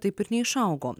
taip ir neišaugo